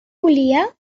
volia